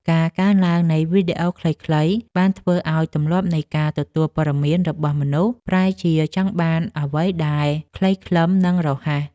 ការកើនឡើងនៃវីដេអូខ្លីៗបានធ្វើឱ្យទម្លាប់នៃការទទួលព័ត៌មានរបស់មនុស្សប្រែជាចង់បានអ្វីដែល ខ្លីខ្លឹម និងរហ័ស។